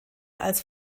als